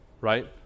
right